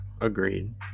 Agreed